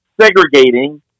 segregating